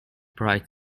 bright